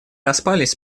распались